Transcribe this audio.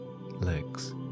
legs